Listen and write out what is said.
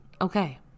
okay